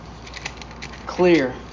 clear